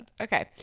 Okay